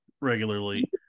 regularly